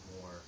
more